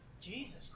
Jesus